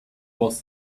was